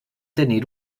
tenir